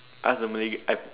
ask the Malay girl uh ask